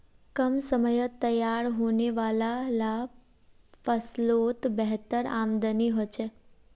कम समयत तैयार होने वाला ला फस्लोत बेहतर आमदानी होछे